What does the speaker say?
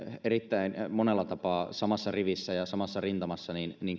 erittäin monella tapaa samassa rivissä ja samassa rintamassa